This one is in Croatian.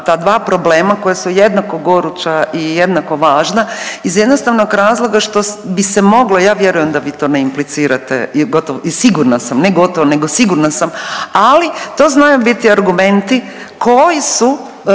ta dva problema koja su jednako goruća i jednako važna iz jednostavnog razloga što bi se moglo, ja vjerujem da vi to ne implicirate i gotovo i sigurna sam, ne gotovo nego sigurna sam, ali to znaju biti argumenti koji su